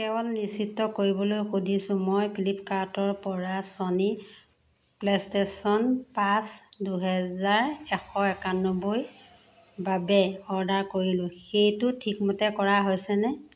কেৱল নিশ্চিত কৰিবলৈ সুধিছোঁ মই ফ্লিপকাৰ্টৰ পৰা চনী প্লে ষ্টেচন পাঁচ দুহেজাৰ এশ একানব্বৈ বাবে অৰ্ডাৰ কৰিলোঁ সেইটো ঠিকমতে কৰা হৈছেনে